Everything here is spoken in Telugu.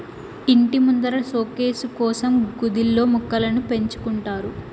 ఇంటి ముందర సోకేసు కోసం కుదిల్లో మొక్కలను పెంచుకుంటారు